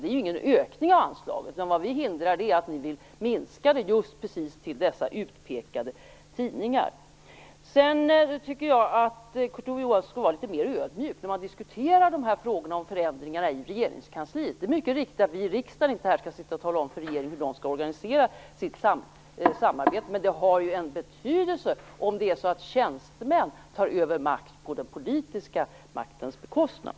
Det är ju inte fråga om någon ökning av anslag, utan vad vi vill hindra är ert förslag till minskat stöd till just de utpekade tidningarna. Jag tycker att Kurt Ove Johansson skall vara litet mer ödmjuk i diskussionerna om förändringarna i regeringskansliet. Det är mycket riktigt att vi här i riksdagen inte skall sitta och tala om för regeringen hur samarbetet skall organiseras. Men det har ju en betydelse om det är så att tjänstemän tar över makt på den politiska maktens bekostnad.